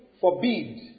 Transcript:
forbid